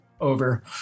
over